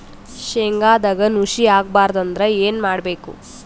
ಶೇಂಗದಾಗ ನುಸಿ ಆಗಬಾರದು ಅಂದ್ರ ಏನು ಮಾಡಬೇಕು?